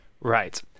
Right